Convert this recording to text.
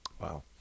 Wow